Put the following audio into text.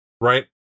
right